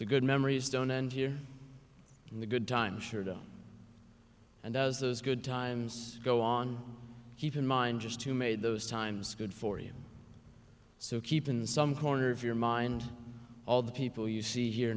the good memories don't end here and the good times sure don't and as those good times go on keep in mind just who made those times good for you so keep in some corner of your mind all the people you see here